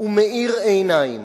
ומאיר עיניים.